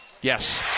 Yes